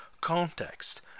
context